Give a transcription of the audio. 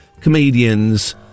comedians